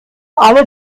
alle